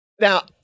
Now